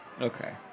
Okay